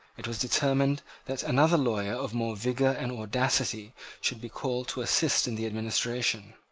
it was determined that another lawyer of more vigour and audacity should be called to assist in the administration.